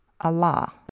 Allah